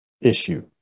issue